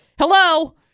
hello